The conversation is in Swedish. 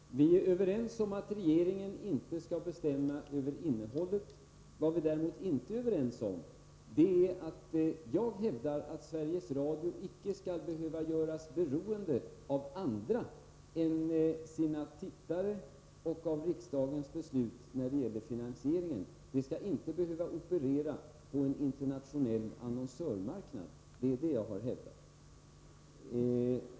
Herr talman! Vi är överens om att regeringen inte skall bestämma över innehållet. Vad vi däremot inte är överens om är att Sveriges Radio icke skall behöva göras beroende av andra än sina tittare och riksdagens beslut när det gäller finansieringen. Företaget skall inte behöva operera på en internationell annonsörmarknad. Det är detta jag har hävdat.